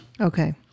Okay